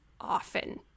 often